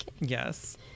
Yes